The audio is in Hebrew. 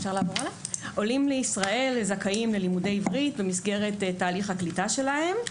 עולים לישראל זכאים ללימודי עברית במסגרת תהליך הקליטה שלהם.